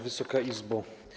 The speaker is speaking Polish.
Wysoka Izbo!